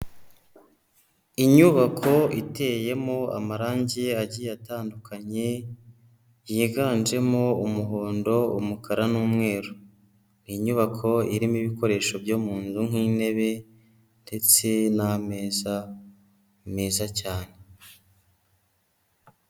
Inyubako iteyemo amarangi agiye atandukanye, yiganjemo umuhondo, umukara n'umweru, inyubako irimo ibikoresho byo mu nzu nk'intebe ndetse n'ameza meza cyane.